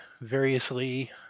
variously